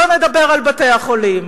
בוא נדבר על בתי-החולים.